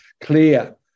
clear